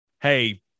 Hey